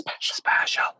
special